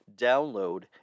download